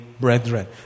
brethren